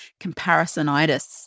comparisonitis